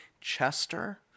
chester